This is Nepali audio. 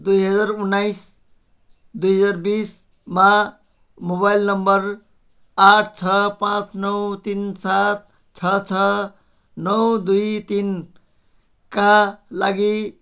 दुई हजार उन्नाइस दुई हजार बिसमा मोबाइल नम्बर आठ छ पाँच नौ तिन सात छ छ नौ दुई तिनका लागि